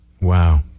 wow